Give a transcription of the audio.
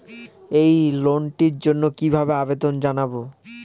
এই লোনটির জন্য কিভাবে আবেদন জানাবো?